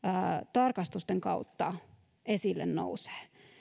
tarkastusten kautta esille nousee